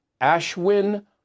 Ashwin